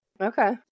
Okay